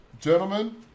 gentlemen